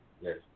Yes